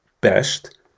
best